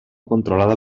controlada